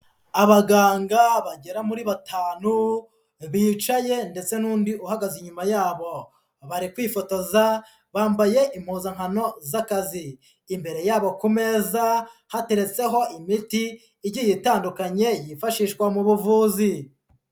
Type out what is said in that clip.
Abaganga bagera muri batanu bicaye ndetse n'undi uhagaze inyuma yabo bari kwifotoza bambaye impuzankano z'akazi, imbere yabo ku meza hateretseho imiti igiye itandukanye yifashishwa mu buvuzi.